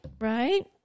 Right